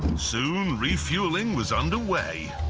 soon, refuelling was under way.